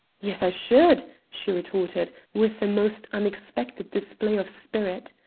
yes i should, she retorted, with a most unexpected display of spirit.